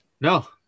No